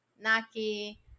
Naki